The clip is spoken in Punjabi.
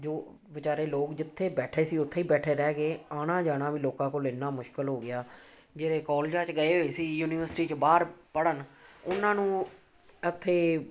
ਜੋ ਵਿਚਾਰੇ ਲੋਕ ਜਿੱਥੇ ਬੈਠੇ ਸੀ ਉੱਥੇ ਹੀ ਬੈਠੇ ਰਹਿ ਗਏ ਆਉਣਾ ਜਾਣਾ ਵੀ ਲੋਕਾਂ ਕੋਲ ਇੰਨਾ ਮੁਸ਼ਕਿਲ ਹੋ ਗਿਆ ਜਿਹੜੇ ਕੋਲਜਾਂ 'ਚ ਗਏ ਹੋਏ ਸੀ ਯੂਨੀਵਰਸਿਟੀ 'ਚ ਬਾਹਰ ਪੜ੍ਹਨ ਉਹਨਾਂ ਨੂੰ ਉੱਥੇ